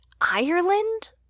Ireland